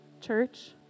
church